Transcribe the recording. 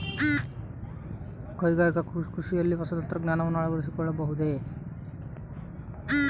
ಕೈಗಾರಿಕಾ ಕೃಷಿಯಲ್ಲಿ ಹೊಸ ತಂತ್ರಜ್ಞಾನವನ್ನ ಅಳವಡಿಸಿಕೊಳ್ಳಬಹುದೇ?